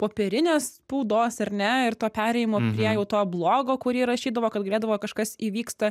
popierinės spaudos ar ne ir to perėjimo prie jau to blogo kurį rašydavo kad galėdavo kažkas įvyksta